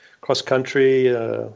cross-country